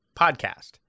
podcast